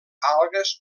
algues